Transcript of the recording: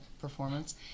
performance